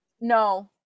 No